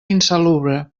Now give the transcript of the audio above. insalubre